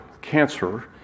cancer